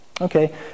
Okay